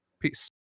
Peace